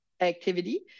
activity